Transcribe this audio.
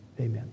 Amen